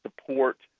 support